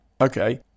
Okay